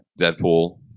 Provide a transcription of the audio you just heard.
Deadpool